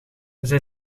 zij